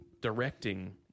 directing